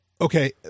Okay